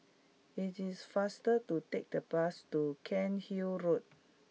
it is faster to take the bus to Cairnhill Road